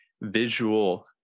visual